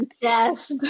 yes